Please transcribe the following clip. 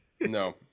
No